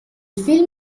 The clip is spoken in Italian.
film